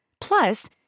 Plus